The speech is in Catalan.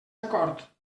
acord